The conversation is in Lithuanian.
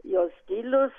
jo stilius